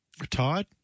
Retired